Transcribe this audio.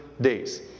days